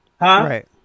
right